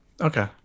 Okay